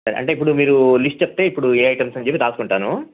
అంటే ఇప్పుడు మీరు లిస్ట్ చెప్తే ఇప్పుడు ఏ ఐటమ్స్ అని చెప్పి రాసుకుంటాను